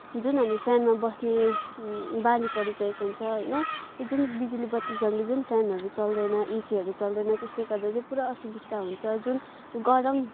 जुन हामी फ्यानमा बस्ने बानी परिसकेको हुन्छ होइन यो जुन बिजुली बत्ती जाँदा जुन फ्यानहरू चल्दैन एसीहरू चल्दैन त्यसले गर्दा चाहिँ पुरा असुविस्ता हुन्छ जुन गरम